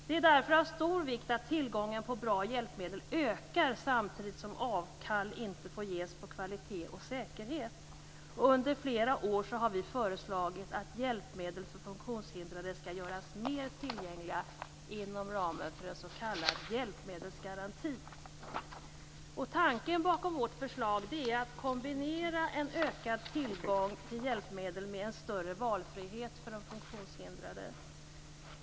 Det är därför av stor vikt att tillgången på bra hjälpmedel ökar, samtidigt som avkall inte får göras på kvalitet och säkerhet. Under flera år har vi föreslagit att hjälpmedel för funktionshindrade skall göras mer tillgängliga inom ramen för en s.k. hjälpmedelsgaranti. Tanken bakom vårt förslag är att kombinera en ökad tillgång till hjälpmedel med en större valfrihet för de funktionshindrade.